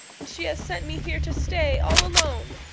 and she has sent me here to stay all alone,